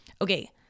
Okay